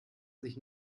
sich